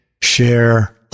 share